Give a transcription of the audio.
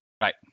Right